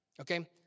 Okay